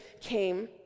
came